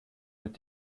wird